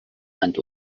and